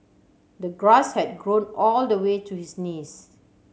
the grass had grown all the way to his knees